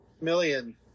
million